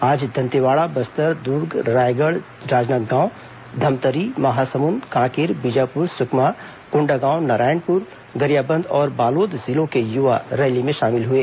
आज दंतेवाड़ा बस्तर दुर्ग रायगढ़ राजनांदगांव धमतरी महासमुंद कांकेर बीजापुर सुकमा कोंडागांव नारायणपुर गरियाबंद और बालोद जिलों के युवा रैली में शामिल हुए